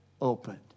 opened